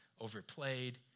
overplayed